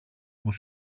που